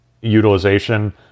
utilization